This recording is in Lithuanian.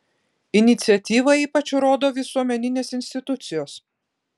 iniciatyvą ypač rodo visuomeninės institucijos